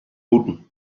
bûten